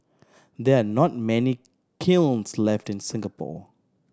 there are not many kilns left in Singapore